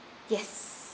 yes